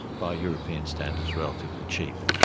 by european standards, relatively cheap.